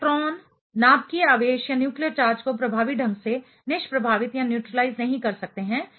electron नाभिकीय आवेश nuclear charge को प्रभावी ढंग से निष्प्रभावित न्यूट्रीलाइज नहीं कर सकते हैं